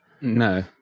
no